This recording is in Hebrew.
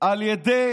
על ידי